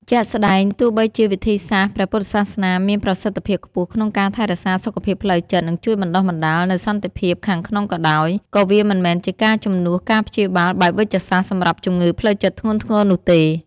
ជាក់ស្តែង ទោះបីជាវិធីសាស្ត្រព្រះពុទ្ធសាសនាមានប្រសិទ្ធភាពខ្ពស់ក្នុងការថែរក្សាសុខភាពផ្លូវចិត្ត និងជួយបណ្ដុះបណ្ដាលនូវសន្តិភាពខាងក្នុងក៏ដោយ ក៏វាមិនមែនជាការជំនួសការព្យាបាលបែបវេជ្ជសាស្ត្រសម្រាប់ជំងឺផ្លូវចិត្តធ្ងន់ធ្ងរនោះទេ។